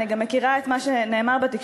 אני גם מכירה את מה שנאמר בתקשורת.